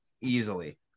Easily